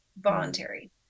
voluntary